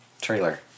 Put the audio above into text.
trailer